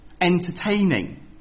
Entertaining